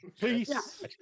Peace